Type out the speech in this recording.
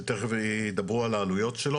שתיכף ידברו על העלויות שלו,